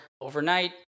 overnight